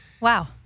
Wow